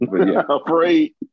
Afraid